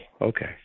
okay